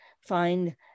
find